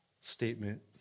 statement